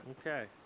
Okay